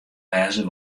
wêze